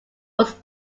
was